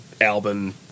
Albin